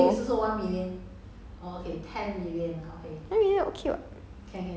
ya 你可以有 ten millionaire [what] ten million then 你可以有